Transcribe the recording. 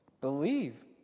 believe